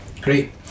Great